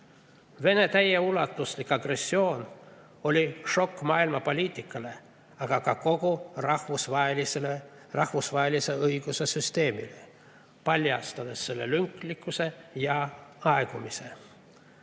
Vene täieulatuslik agressioon oli šokk maailma poliitikale, aga ka kogu rahvusvahelise õiguse süsteemile, paljastades selle lünklikkuse ja aegumise.